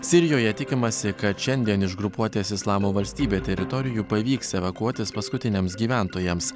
sirijoje tikimasi kad šiandien iš grupuotės islamo valstybė teritorijų pavyks evakuotis paskutiniams gyventojams